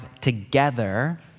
together